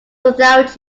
without